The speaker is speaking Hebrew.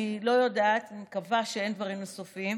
אני לא יודעת, אני מקווה שאין דברים נוספים.